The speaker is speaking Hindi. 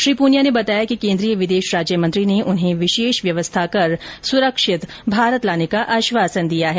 श्री पूनिया ने बताया कि केन्द्रीय विदेश राज्य मंत्री ने उन्हें विशेष व्यवस्था कर सुरक्षित भारत लाने का आश्वासन दिया है